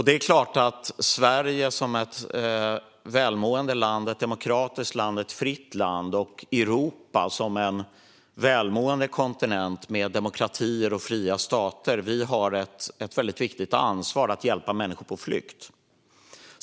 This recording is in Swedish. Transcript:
Det är klart att Sverige som ett välmående, demokratiskt och fritt land, och Europa som en välmående kontinent med demokratier och fria stater, har ett väldigt viktigt ansvar att hjälpa människor på flykt.